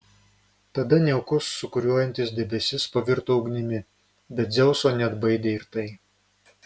tada niaukus sūkuriuojantis debesis pavirto ugnimi bet dzeuso neatbaidė ir tai